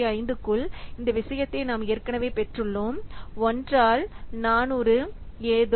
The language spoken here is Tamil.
5 க்குள் இந்த விஷயத்தை நாம் ஏற்கனவே பெற்றுள்ளோம் 1 ஆல் 400 ஏதோ